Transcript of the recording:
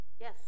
Yes